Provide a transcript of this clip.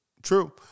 True